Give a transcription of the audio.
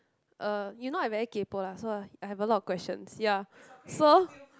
uh you know I very kaypo lah so lah I have a lot of questions ya so